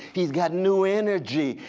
he's got new energy,